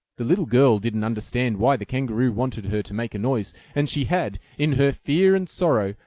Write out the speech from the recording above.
the little girl didn't understand why the kangaroo wanted her to make a noise, and she had, in her fear and sorrow,